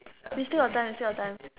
we still got time we still got time